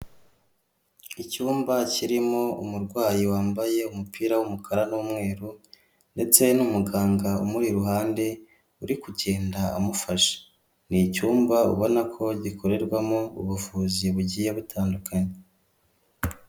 Icyumba kirimo umurwayi wambaye umupira w'umukara n'umweru ndetse n'umuganga umuri iruhande uri kugenda amufasha. Ni icyumba ubona ko gikorerwamo ubuvuzi bugiye butandukanye.